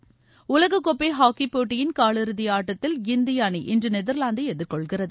டலக கோப்பை ஹாக்கி போட்டியின் காலிறுதி ஆட்டத்தில் இந்திய அணி இன்று நெத்லாந்தை எதிர்கொள்கிறது